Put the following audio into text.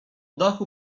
dachu